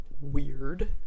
weird